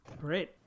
Great